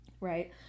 Right